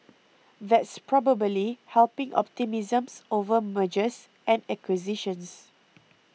that's probably helping optimisms over mergers and acquisitions